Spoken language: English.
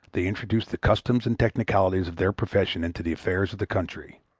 they introduce the customs and technicalities of their profession into the affairs of the country.